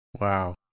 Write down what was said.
Wow